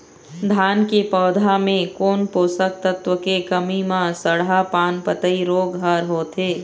धान के पौधा मे कोन पोषक तत्व के कमी म सड़हा पान पतई रोग हर होथे?